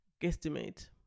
guesstimate